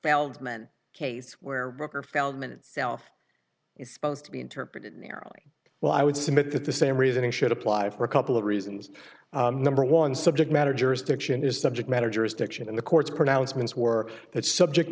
feldman case where booker feldman itself is supposed to be interpreted marilee well i would submit that the same reasoning should apply for a couple of reasons number one subject matter jurisdiction is subject matter jurisdiction and the courts pronouncements work that subject